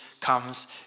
comes